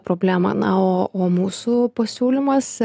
problemą na o o mūsų pasiūlymas